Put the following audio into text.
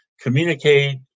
communicate